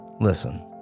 Listen